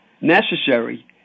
necessary